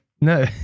No